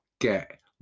get